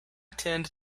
tend